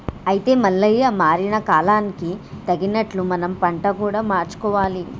అయితే మల్లయ్య మారిన కాలానికి తగినట్లు మనం పంట కూడా మార్చుకోవాలి